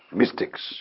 mystics